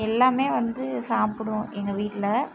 எல்லாமே வந்து சாப்பிடும் எங்கள் வீட்டில்